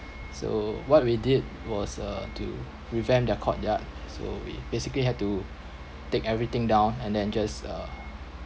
so what we did was uh to revamp their courtyard so we basically had to take everything down and then just uh